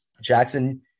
Jackson